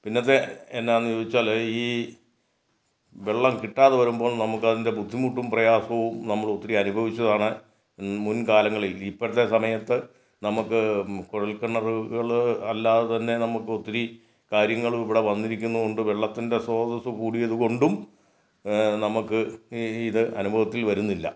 പിന്നത്തെ എന്താണെന്ന് ചോദിച്ചാൽ ഈ വെള്ളം കിട്ടാതെ വരുമ്പോൾ നമുക്ക് അതിൻ്റെ ബുദ്ധിമുട്ടും പ്രയാസവും നമ്മൾ ഒത്തിരി അനുഭവിച്ചതാണ് മുൻകാലങ്ങളിൽ ഇപ്പോഴത്തെ സമയത്ത് നമുക്ക് കുഴൽ കിണറുകൾ അല്ലാതെ തന്നെ നമുക്ക് ഒത്തിരി കാര്യങ്ങൾ ഇവിടെ വന്നിരിക്കുന്നത് കൊണ്ട് വെള്ളത്തിൻ്റെ ശ്രോതസ്സ് കൂടിയത് കൊണ്ടും നമുക്ക് ഇത് അനുഭവത്തിൽ വരുന്നില്ല